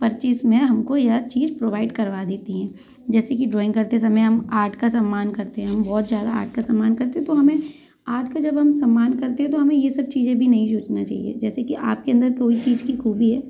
purchase में हमको यह चीज प्रोवाइड करवा देती है जैसे कि ड्राॅइंग करते समय हम आर्ट का सम्मान करते हैं हम बहुत ज़्यादा आर्ट का सम्मान करते है तो हमें आर्ट का जब हम सम्मान करते हैं तो हमें ये सब चीज़ें भी नहीं सोचना चहिए जैसे कि आपके अंदर कोई चीज की खूबी है